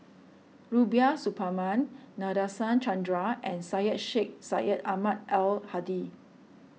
Rubiah Suparman Nadasen Chandra and Syed Sheikh Syed Ahmad Al Hadi